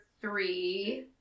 three